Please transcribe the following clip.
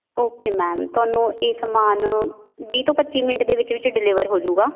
okay ma'am ਤੁਹਾਨੂੰ ਇਹ ਸਮਾਨ ਵੀਹ ਤੋਂ ਪੱਚੀ ਮਿੰਟ ਦੇ ਵਿੱਚ ਵਿੱਚ ਡਿਲੀਵਰ ਹੋਜੂਗਾ